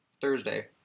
Thursday